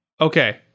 Okay